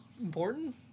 important